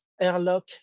airlock